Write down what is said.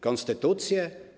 Konstytucję?